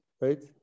right